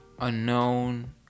unknown